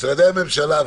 משרדי הממשלה,